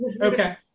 Okay